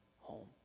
home